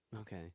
Okay